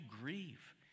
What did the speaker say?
grieve